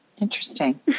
interesting